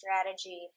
strategy